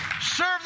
Serve